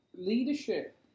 leadership